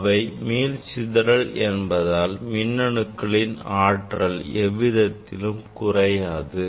இவை மீள் சிதறல் என்பதால் மின் அணுக்களின் ஆற்றல் எவ்விதத்திலும் குறையாது